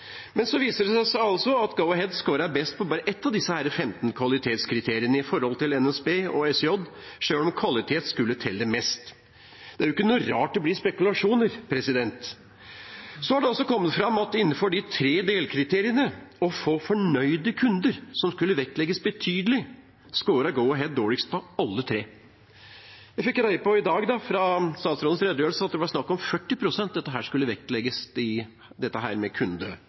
Men så viser det seg altså at Go-Ahead scoret best på bare 1 av disse 15 kvalitetskriteriene i forhold til NSB og SJ, selv om kvalitet skulle telle mest. Det er jo ikke noe rart at det blir spekulasjoner. Så har det også kommet fram at innenfor de tre delkriteriene, bl.a. å få fornøyde kunder, som skulle vektlegges betydelig, scoret Go-Ahead dårligst på alle tre. Jeg fikk greie på i dag ut fra statsrådens redegjørelse at det var snakk om at kundefornøydhet skulle vektlegges 40 pst. Det har også kommet fram, gjennom Aftenpostens reportasjer, at Jernbanedirektoratet har operert med